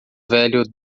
velho